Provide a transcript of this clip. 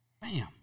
Bam